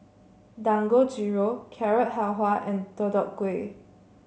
Dangojiru Carrot Halwa and Deodeok Gui